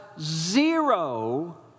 zero